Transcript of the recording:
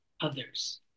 others